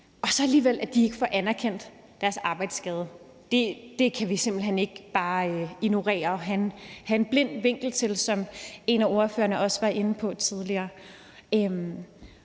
de så alligevel ikke får anerkendt deres arbejdsskade, så kan vi simpelt hen ikke ignorere det og vende det blinde øje til det, som en af ordførerne også var inde på tidligere.